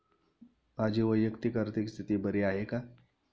माझी वैयक्तिक आर्थिक स्थिती बरी आहे का?